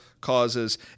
causes